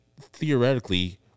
theoretically